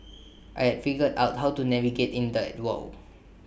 I had figured out how to navigate in that world